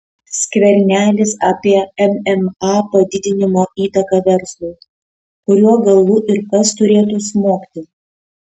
skvernelis apie mma padidinimo įtaką verslui kuriuo galu ir kas turėtų smogti